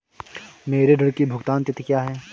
मेरे ऋण की भुगतान तिथि क्या है?